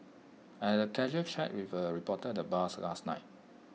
I had A casual chat with A reporter at the bars last night